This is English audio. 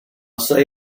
say